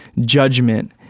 judgment